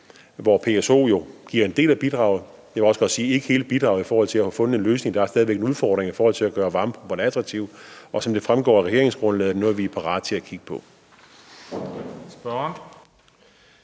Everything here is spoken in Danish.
hvor PSO'en jo giver en del af bidraget. Jeg vil også godt sige, at den ikke giver hele bidraget til at finde en løsning. Der er stadig væk udfordringer i forhold til at gøre varmepumperne attraktive. Og som det fremgår af regeringsgrundlaget, er det noget, vi er parate til at kigge på.